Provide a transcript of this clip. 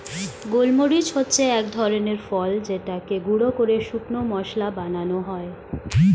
গোলমরিচ হচ্ছে এক ধরনের ফল যেটাকে গুঁড়ো করে শুকনো মসলা বানানো হয়